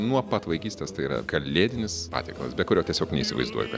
nuo pat vaikystės tai yra kalėdinis patiekalas be kurio tiesiog neįsivaizduoju ka